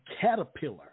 caterpillar